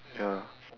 ya